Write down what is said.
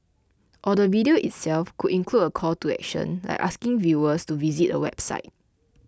or the video itself could include a call to action like asking viewers to visit a website